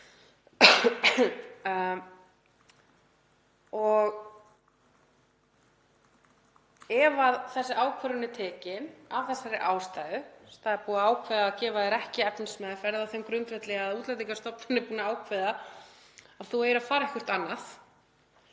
Ef þessi ákvörðun er tekin af þessari ástæðu, það er búið að ákveða að gefa þér ekki efnismeðferð á þeim grundvelli að Útlendingastofnun er búin að ákveða að þú eigir að fara eitthvert annað,